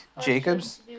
Jacobs